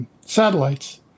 satellites